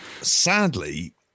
sadly